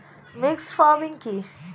Mixed farming কি?